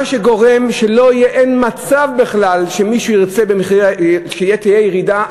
מה שגורם לכך שאין מצב כלל שמישהו ירצה שתהיה ירידה,